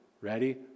Ready